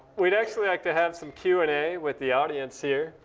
we'd actually like to have some q and a with the audience here.